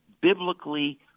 biblically